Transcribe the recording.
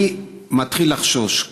אני מתחיל לחשוש,